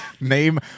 Name